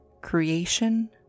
creation